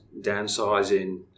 downsizing